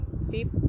Steep